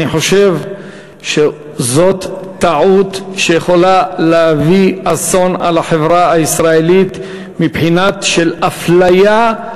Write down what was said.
אני חושב שזאת טעות שיכולה להביא אסון על החברה הישראלית מבחינת אפליה,